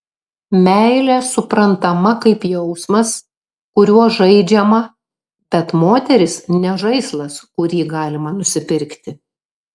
meilė suprantama kaip jausmas kuriuo žaidžiama bet moteris ne žaislas kurį galima nusipirkti